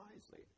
wisely